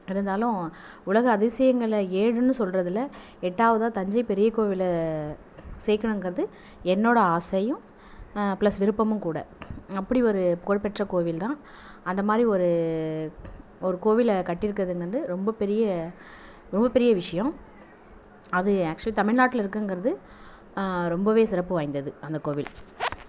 இருந்தாலும் உலக அதிசயங்களை ஏழுன்னு சொல்கிறதுல எட்டாவதாக தஞ்சை பெரிய கோவிலை சேர்க்கணுங்குறது என்னோட ஆசையும் ப்ளஸ் விருப்பமும் கூட அப்படி ஒரு புகழ்பெற்ற கோவில்தான் அது மாதிரி ஒரு ஒரு கோவிலை கட்டியிருக்குறது வந்து ரொம்ப பெரிய ரொம்ப பெரிய விஷயம் அது ஆக்சுவலி தமிழ்நாட்டில் இருக்குங்கிறது வந்து ரொம்பவே சிறப்பு வாய்ந்தது அந்த கோவில்